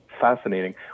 Fascinating